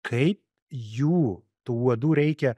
kaip jų tų uodų reikia